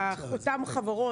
אותן חברות,